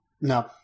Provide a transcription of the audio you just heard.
No